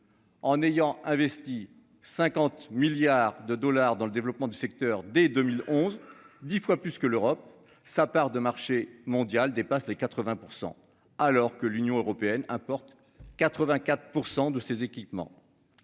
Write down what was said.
En ayant investi 50 milliards de dollars dans le développement du secteur dès 2011 10 fois plus que l'Europe, sa part de marché mondiale dépasse les 80%, alors que l'Union européenne importe 84% de ces équipements.